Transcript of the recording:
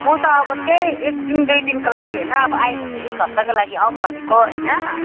म त अब त्यही एक दिन दुई दिनको लागि होइन अब आएपछि एक हप्ताको लागि आउँ भनेको होइन